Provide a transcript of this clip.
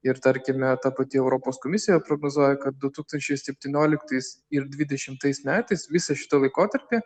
ir tarkime ta pati europos komisija prognozuoja kad du tūkstančiai septynioliktais ir dvidešimtais metais visą šitą laikotarpį